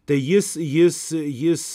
tai jis jis jis